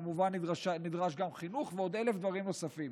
כמובן, נדרש גם חינוך ועוד אלף דברים נוספים.